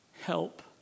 Help